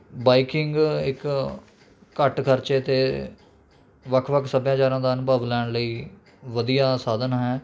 biking ਇੱਕ ਘੱਟ ਖਰਚੇ 'ਤੇ ਵੱਖ ਵੱਖ ਸੱਭਿਆਚਾਰਾਂ ਦਾ ਅਨੁਭਵ ਲੈਣ ਲਈ ਵਧੀਆ ਸਾਧਨ ਹੈ